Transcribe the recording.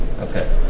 Okay